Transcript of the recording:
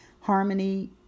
Harmony